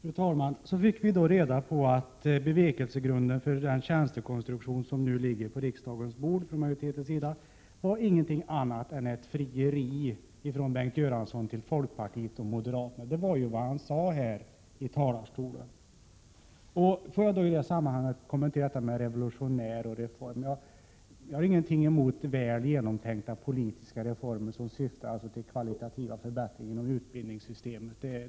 Fru talman! Vi fick reda på att bevekelsegrunden för den tjänstekonstruktion som nu ligger på riksdagens bord från majoritetens sida inte var någonting annat än ett frieri från Bengt Göransson till folkpartiet och moderata samlingspartiet. Det var vad han sade i talarstolen. Får jag i detta sammanhang något kommentera detta med revolutionär och reform. Jag har inget emot väl genomtänkta politiska reformer som syftar till kvalitativa förbättringar inom utbildningssystemet.